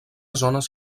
zones